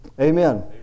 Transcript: Amen